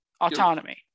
autonomy